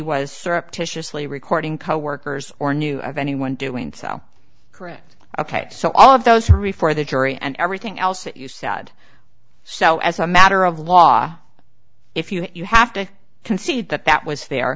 was surreptitiously recording coworkers or knew of anyone doing so correct ok so all of those are before the jury and everything else that you said so as a matter of law if you you have to concede that that was there